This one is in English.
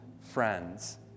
friends